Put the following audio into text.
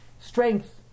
strength